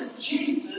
Jesus